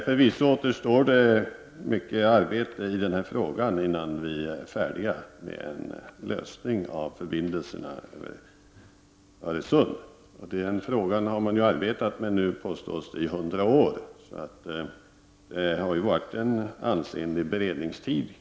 Förvisso återstår det mycket arbete i den här frågan innan vi är färdiga och får en lösning när det gäller förbindelserna över Öresund. Det påstås att man nu har arbetat med den frågan i över hundra år, och det kan sägas vara en ansenlig beredningstid.